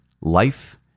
life